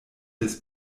des